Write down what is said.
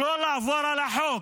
לא לעבור על החוק,